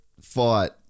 fight